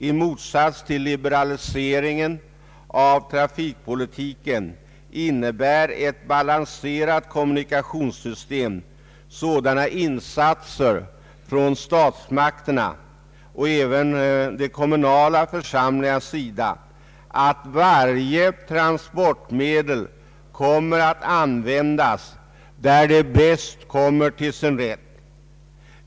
I motsats till liberaliseringen av trafikpolitiken innebär ett balanserat kommunikationssystem sådana insatser från statsmakternas — och även de kommunala församlingarnas — sida att varje transportmedel kommer att användas där det bäst kommer till sin rätt.